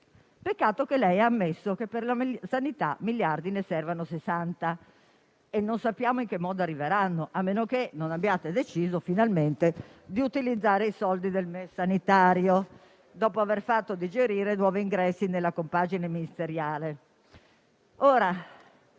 peccato che lei abbia ammesso che per la sanità di miliardi ne servano 60 e non sappiamo in che modo arriveranno, a meno che non abbiate deciso di utilizzare finalmente i soldi del MES sanitario, dopo aver fatto digerire i nuovi ingressi nella compagine ministeriale.